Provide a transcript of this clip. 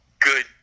good